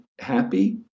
happy